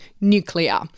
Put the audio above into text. nuclear